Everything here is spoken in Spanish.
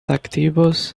activos